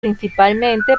principalmente